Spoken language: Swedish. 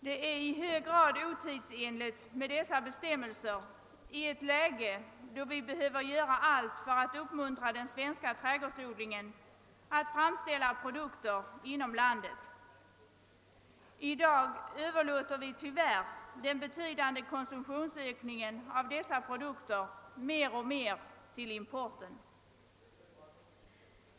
Det är i hög grad otidsenligt med sådana bestämmelser i ett läge då vi behöver göra allt för att uppmuntra den svenska trädgårdsodlingen att framställa produkter inom landet. I dag överlåter vi tyvärr den betydande konsumtionsökningen av dessa produkter mer och mer till importen.